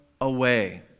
away